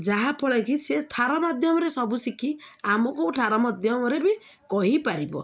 ଯାହାଫଳେ କିି ସେ ଠାର ମାଧ୍ୟମରେ ସବୁ ଶିଖି ଆମକୁ ଠାର ମାଧ୍ୟମରେ ବି କହିପାରିବ